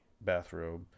bathrobe